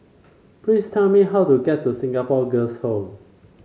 please tell me how to get to Singapore Girls' Home